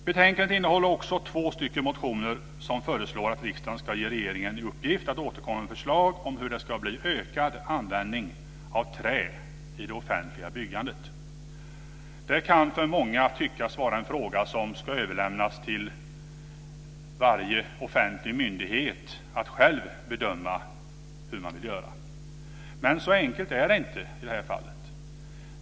Betänkandet innehåller också två motioner där man föreslår att riksdagen ska ge regeringen i uppgift att återkomma med förslag om hur det ska bli en ökad användning av trä i det offentliga byggandet. Det kan för många tyckas vara en fråga som ska överlämnas till varje offentlig myndighet och att de själva ska bedöma hur de vill göra, men så enkelt är det inte i det här fallet.